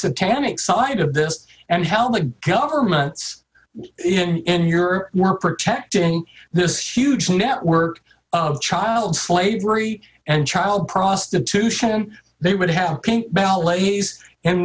satanic side of this and hell the governments in europe were protecting this huge network of child slavery and child prostitution they would have belt lays in